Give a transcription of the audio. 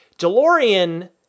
DeLorean